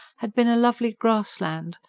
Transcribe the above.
had been a lovely grassland,